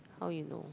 how you know